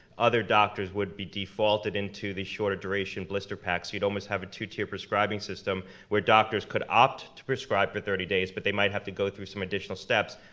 other doctors would be defaulted into the shorter duration blister packs. you'd almost have a two-tier prescribing system where doctors could opt to prescribe for thirty days, but they might have to go through some additional steps.